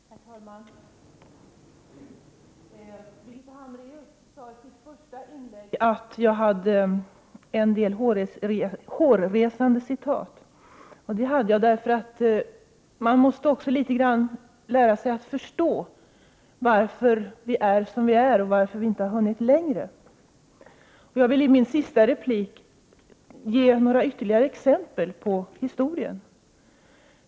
Herr talman! Birgitta Hambraeus sade i sitt första inlägg att jag läste upp en del hårresande citat. Det gjorde jag på grund av att man litet grand måste lära sig förstå varför vi är som vi är och varför vi inte har hunnit längre. Och i mitt sista inlägg i denna debatt vill jag ge några ytterligare exempel från historien.